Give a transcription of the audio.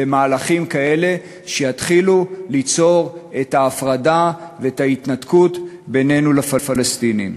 למהלכים כאלה שיתחילו ליצור את ההפרדה ואת ההתנתקות שלנו ושל הפלסטינים.